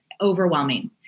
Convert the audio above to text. overwhelming